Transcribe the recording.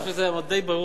אני חושב שזה די ברור.